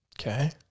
okay